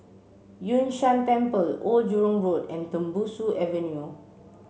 Yun Shan Temple Old Jurong Road and Tembusu Avenue